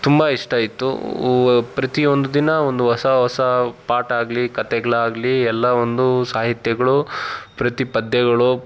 ತುಂಬ ಇಷ್ಟ ಇತ್ತು ಪ್ರತಿಯೊಂದು ದಿನ ಒಂದು ಹೊಸ ಹೊಸಾ ಪಾಠ ಆಗಲಿ ಕತೆಗಳಾಗ್ಲಿ ಎಲ್ಲ ಒಂದು ಸಾಹಿತ್ಯಗಳು ಪ್ರತಿ ಪದ್ಯಗಳು